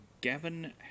Gavin